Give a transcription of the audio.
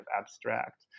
abstract